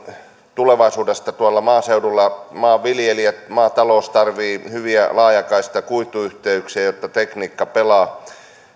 tulevaisuudesta tuolla maaseudulla maanviljelijät maatalous tarvitsevat hyviä laajakaista kuituyhteyksiä jotta tekniikka pelaa